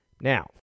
Now